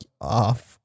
off